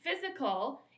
physical